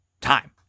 Time